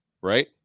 Right